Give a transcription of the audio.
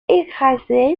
écraser